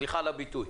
סליחה על הביטוי.